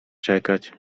czekać